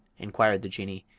inquired the jinnee,